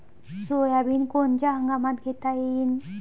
Soybean कोनच्या हंगामात घेता येईन?